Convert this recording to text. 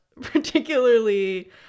particularly